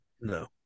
no